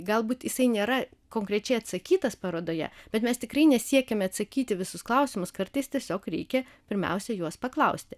galbūt jisai nėra konkrečiai atsakytas parodoje bet mes tikrai nesiekiame atsakyti į visus klausimus kartais tiesiog reikia pirmiausia juos paklausti